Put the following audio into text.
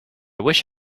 wish